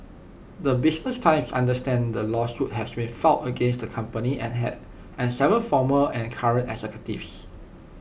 the business times understands the lawsuit has been filed against the company and had and Seven former and current executives